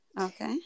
Okay